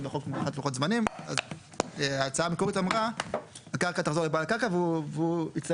לפיתוח; בעל הקרקע רשאי להודיע לשר